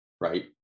right